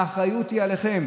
האחריות היא עליכם.